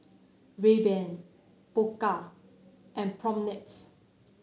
Rayban Pokka and Propnex